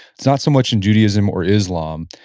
it's not so much in judaism or islam.